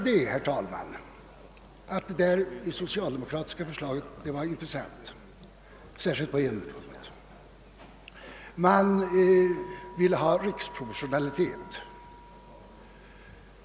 Detta socialdemokratiska förslag var intressant särskilt på en punkt: man ville ha riksproportionalitet.